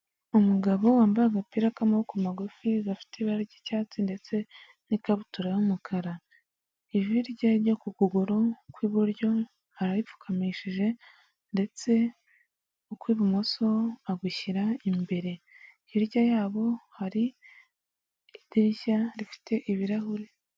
Umugabo wambaye agapira k'amaboko magufi gafite ibara ry'icyatsi ndetse n'ikabutura y'umukara, ivi rye ryo ku kuguru kw'iburyo arayipfukamishije ndetse ukw'ibumoso agushyira imbere, hirya yabo hari idirishya rifite ibirahuri.